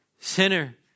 sinner